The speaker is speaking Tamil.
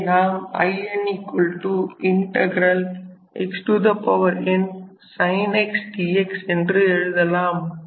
இதை நாம் Inxn sin x dx என்று எழுதலாம்